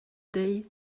dezhi